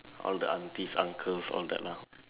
all the aunties uncles all that lah